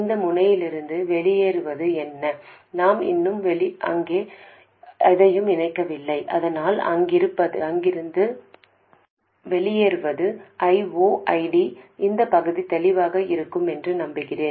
இந்த முனையிலிருந்து வெளியேறுவது என்ன நான் இன்னும் அங்கு எதையும் இணைக்கவில்லை அதனால் அங்கிருந்து வெளியேறுவது I0 ஐடி இந்த பகுதி தெளிவாக இருக்கும் என்று நம்புகிறேன்